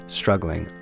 struggling